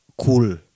cool